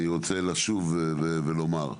ואני רוצה לשוב ולומר.